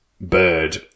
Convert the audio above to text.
Bird